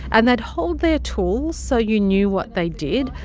and they'd hold their tools so you knew what they did.